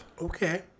Okay